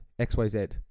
xyz